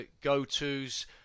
go-to's